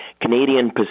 Canadian